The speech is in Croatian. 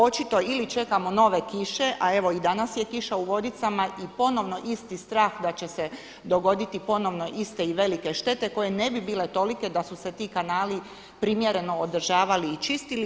Očito ili čekamo nove kiše a evo i danas je kiša u Vodicama i ponovno isti strah da će se dogoditi ponovno iste i velike štete koje ne bi bile tolike da su se ti kanali primjereno održavali i čistili.